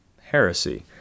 heresy